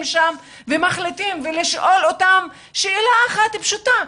שם ומחליטים ולשאול אותם שאלה אחת פשוטה,